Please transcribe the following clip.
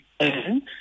earn